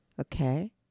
Okay